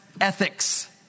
ethics